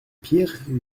pierre